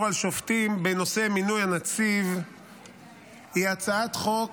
על שופטים בנושא מינוי הנציב היא הצעת חוק